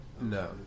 no